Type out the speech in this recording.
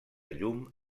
llum